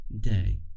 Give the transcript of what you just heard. day